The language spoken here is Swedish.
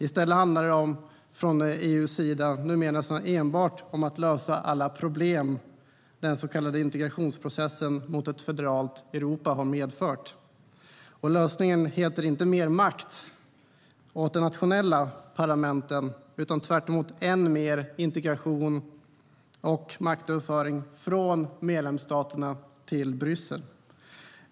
I stället handlar det från EU:s sida numera nästan enbart om att lösa alla problem som den så kallade integrationsprocessen mot ett federalt Europa har medfört. Och lösningen heter inte mer makt åt de nationella parlamenten utan tvärtemot än mer integration och maktöverföring från medlemsstaterna till Bryssel.